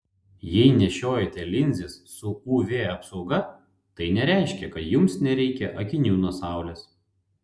jei nešiojate linzes su uv apsauga tai nereiškia kad jums nereikia akinių nuo saulės